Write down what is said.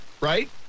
Right